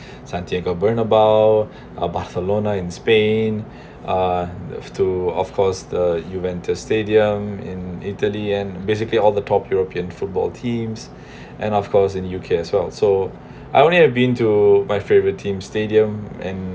santiago burnable uh barcelona in spain uh to of course the juventus stadium in italy and basically all the top european football teams and of course in U_K as well so I only have been to my favorite team stadium and